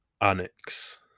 annex